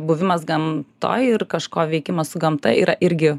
buvimas gamtoj ir kažko veikimas su gamta yra irgi